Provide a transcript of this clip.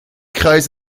kreis